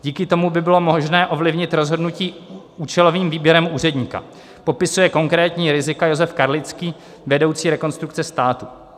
Díky tomu by bylo možné ovlivnit rozhodnutí účelovým výběrem úředníka, opisuje konkrétní rizika Josef Karlický, vedoucí Rekonstrukce státu.